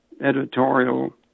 editorial